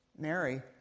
Mary